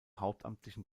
hauptamtlichen